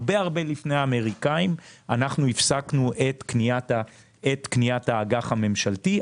הרבה-הרבה לפני האמריקנים הפסקנו את קניית האג"ח הממשלתי.